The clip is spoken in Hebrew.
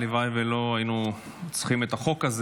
הלוואי שלא היינו צריכים את החוק הזה,